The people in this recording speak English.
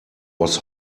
was